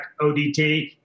ODT